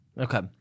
Okay